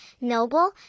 noble